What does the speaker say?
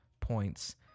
points